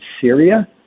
Syria